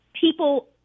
people